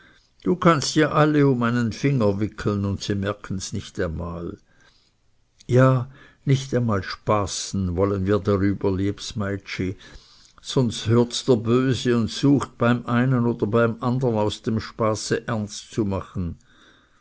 du kannst ja alle um einen finger wickeln und sie merkens nicht einmal ja nicht einmal spaßen wollen wir darüber liebs meitschi sonst hörts der böse und sucht beim einen oder beim andern aus dem spaße ernst zu machen